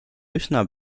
üsna